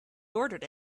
ordered